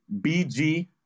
BG